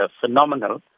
phenomenal